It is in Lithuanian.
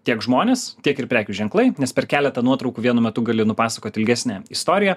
tiek žmones tiek ir prekių ženklai nes per keletą nuotraukų vienu metu gali nupasakot ilgesnę istoriją